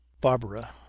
barbara